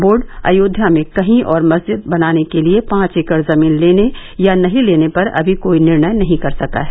board Ayodhya में कहीं और मस्जिद बनाने के लिये पांच एकड़ जमीन लेने या नहीं लेने पर अमी कोई निर्णय नहीं कर सका है